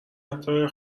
اهدای